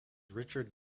richard